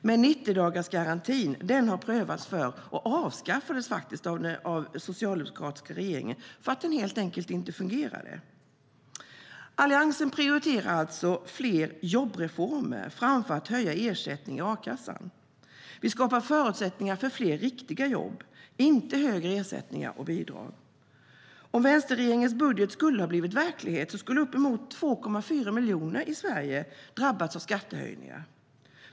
Men 90-dagarsgarantin har prövats förr, och den avskaffades av den socialdemokratiska regeringen för att den helt enkelt inte fungerade. Alliansen prioriterar alltså fler jobbreformer framför att höja ersättningen i a-kassan. Vi skapar förutsättningar för fler riktiga jobb, inte högre ersättningar och bidrag. Om vänsterregeringens budget hade blivit verklighet skulle uppemot 2,4 miljoner i Sverige ha drabbats av skattehöjningar.